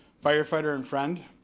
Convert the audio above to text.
firefighter and friend.